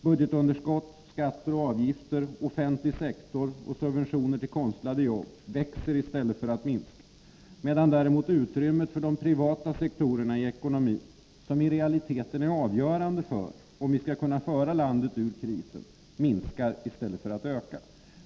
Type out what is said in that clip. Budgetunderskott, skatter och avgifter, offentlig sektor och subventioner till konstlade jobb växer i stället för att minska, medan utrymmet för de privata sektorerna i ekonomin, som i realiteten är avgörande för om vi skall kunna föra landet ur krisen, minskar i stället för att öka.